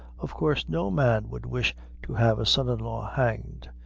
of coorse no man would wish to have a son-in-law hanged.